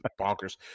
bonkers